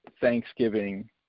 thanksgiving